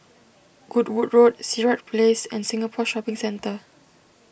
Goodwood Road Sirat Place and Singapore Shopping Centre